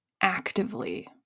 actively